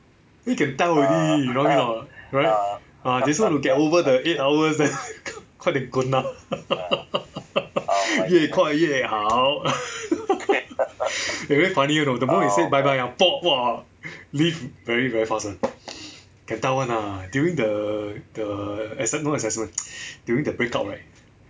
then you can tell already you know me or not ah just want to get over the eight hours then 快点滚啦 越快越好 eh very funny you know the moment they say bye bye !wah! leave very very fast [one] can tell [one] lah during the the assessmen~ no assessment during the breakout right